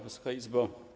Wysoka Izbo!